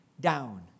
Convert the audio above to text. down